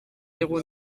zéro